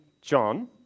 John